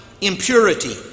impurity